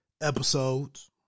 episodes